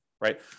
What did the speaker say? right